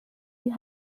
die